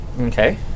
Okay